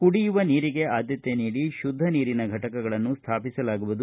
ಕುಡಿಯುವ ನೀರಿಗೆ ಆದ್ಯತೆ ನೀಡಿ ಕುದ್ದ ನೀರಿನ ಘಟಕಗಳನ್ನು ಸ್ಥಾಪಿಸಲಾಗುವುದು